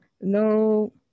no